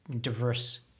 diverse